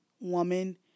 woman